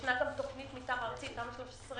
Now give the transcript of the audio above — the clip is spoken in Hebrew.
יש גם תוכנית מתאר ארצית, תמ"א 13(3א),